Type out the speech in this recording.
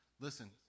Listen